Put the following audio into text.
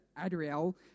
Adriel